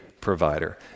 provider